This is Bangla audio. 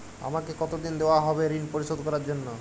আমাকে কতদিন দেওয়া হবে ৠণ পরিশোধ করার জন্য?